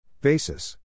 Basis